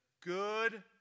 good